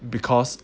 because